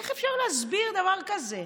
איך אפשר להסביר דבר כזה?